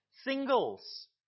Singles